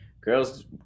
girls